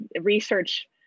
research